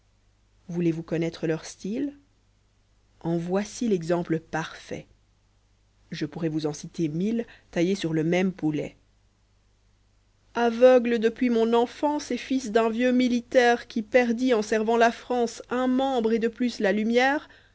voulez-vous connaître leur style en voici l'exemple parfait je pourrais vous en citer mille taillés sur le même poulet aveugle depuis mon enfance et fils d'un vieux militaire qui perdit en servant la france un membre et de plus la lumière